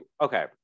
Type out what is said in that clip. okay